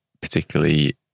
particularly